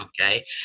Okay